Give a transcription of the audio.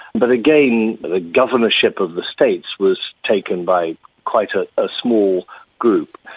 but again, the governorship of the states was taken by quite a ah small group.